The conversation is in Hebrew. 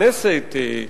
הכנסת,